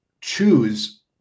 choose